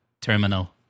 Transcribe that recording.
Terminal